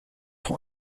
son